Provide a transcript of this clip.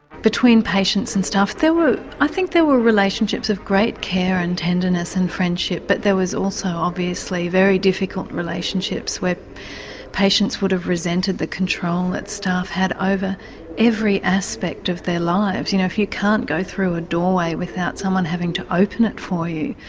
between patients and staff i think there were relationships of great care and tenderness and friendship. but there was also obviously very difficult relationships where patients would have resented the control that staff had over every aspect of their lives. you know if you can't go through a doorway without someone having to open it for you.